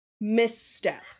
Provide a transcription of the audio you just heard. misstep